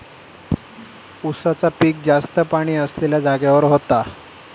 उसाचा पिक जास्त पाणी असलेल्या जागेवर होता